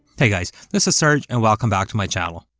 hey guys, this is serge, and welcome back to my channel.